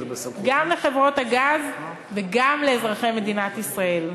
גם לחברות הגז וגם לאזרחי מדינת ישראל.